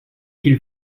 qu’il